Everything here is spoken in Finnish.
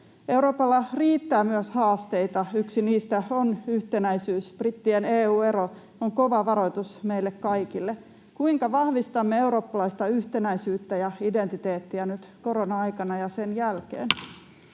Euroopalla riittää myös haasteita. Yksi niistä on yhtenäisyys. Brittien EU-ero on kova varoitus meille kaikille. Kuinka vahvistamme eurooppalaista yhtenäisyyttä ja identiteettiä nyt korona-aikana ja sen jälkeen?